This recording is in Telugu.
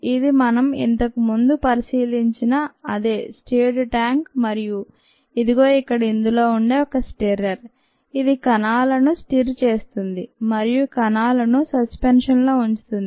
ఇది మనం ఇంతకు ముందు పరిశీలించిన అదే స్టిర్డ్ ట్యాంక్ మరియు ఇదిగో ఇక్కడ ఇందులో ఉండే ఒక స్టిర్రర్ ఇది కణాలను స్టిర్ చేస్తుంది మరియు కణాలను సస్పెన్షన్ లో ఉంచుతుంది